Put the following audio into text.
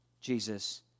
Jesus